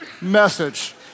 message